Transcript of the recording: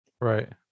Right